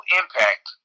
impact